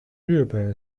日本